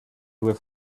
with